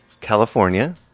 California